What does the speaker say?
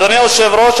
אדוני היושב-ראש,